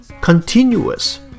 continuous